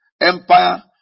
empire